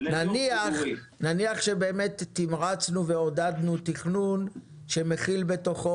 נניח שבאמת תמרצנו ועודדנו תכנון שמכיל בתוכו